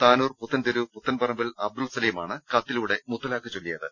താനൂർ പുത്തൻതെരു പുത്തൻപറമ്പിൽ അബ്ദുൾ സലീമാണ് കത്തിലൂടെ മുത്തലാഖ് ചൊല്ലിയത്